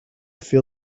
feel